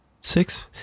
six